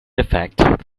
effect